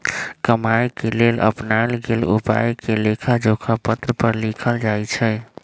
कमाए के लेल अपनाएल गेल उपायके लेखाजोखा पत्र पर लिखल जाइ छइ